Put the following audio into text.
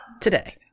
Today